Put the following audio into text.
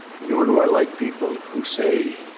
nor do i like people who say,